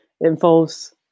involves